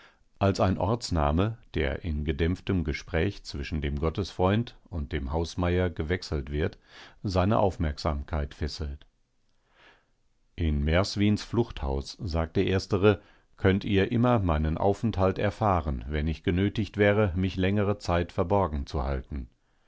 als ein ortsname der in gedämpftem gespräch zwischen dem gottesfreund und dem hausmeier gewechselt wird seine aufmerksamkeit fesselt in merswins fluchthaus sagt der erstere könnt ihr immer meinen aufenthalt erfahren wenn ich genötigt wäre mich längere zeit verborgen zu halten